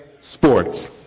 sports